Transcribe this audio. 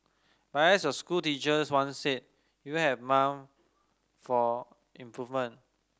but as your school teachers once said you have mum for improvement